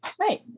Right